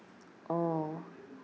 oh